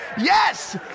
Yes